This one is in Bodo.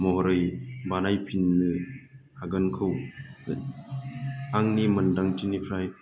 महरै बानायफिननो हागोनखौ आंनि मोनदांथिनिफ्राय